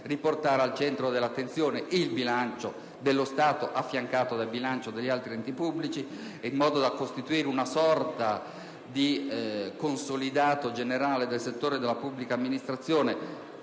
riportare al centro dell'attenzione il bilancio dello Stato affiancato dal bilancio degli altri enti pubblici in modo da costituire una sorta di consolidato generale del settore della pubblica amministrazione